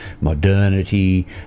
modernity